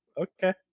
Okay